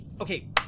Okay